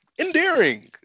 Endearing